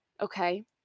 Okay